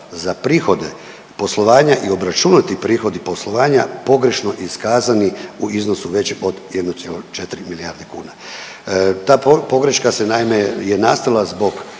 za prihode poslovanja i obračunati prihodi poslovanja pogrešno iskazani u iznosu većem od 1,4 milijarde kuna. Ta pogreška se naime, je nastala zbog